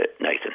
Nathan